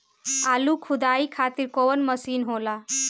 आलू खुदाई खातिर कवन मशीन होला?